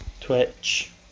Twitch